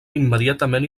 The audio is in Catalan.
immediatament